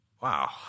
wow